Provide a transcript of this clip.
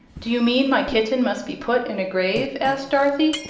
do you mean my kitten must be put in a grave? asked dorothy.